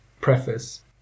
preface